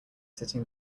sitting